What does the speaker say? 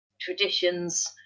traditions